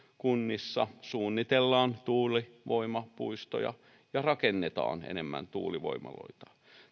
kunnissa suunnitellaan tuulivoimapuistoja ja rakennetaan enemmän tuulivoimaloita